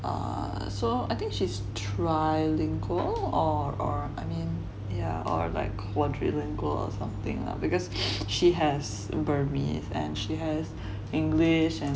err so I think she's trilingual or or I mean yeah or like quadrilingual or something lah because she has burmese and she has english and